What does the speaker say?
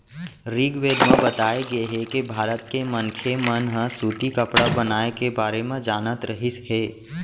ऋगवेद म बताए गे हे के भारत के मनखे मन ह सूती कपड़ा बनाए के बारे म जानत रहिस हे